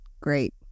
great